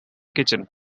kitchen